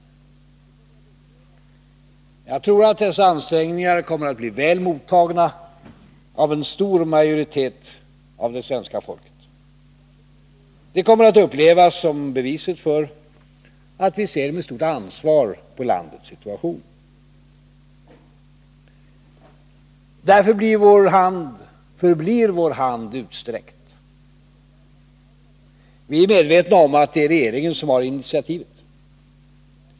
Jag tror att dessa ansträngningar kommer att bli väl mottagna av en stor majoritet av det svenska folket. Det kommer att upplevas som beviset för att vi ser med stort ansvar på landets situation. Därför förblir vår hand utsträckt. Vi är medvetna om att det är regeringen som har initiativet.